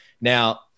Now